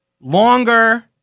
longer